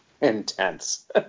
intense